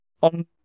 on